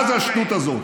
מה זה השטות הזו?